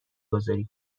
گذاری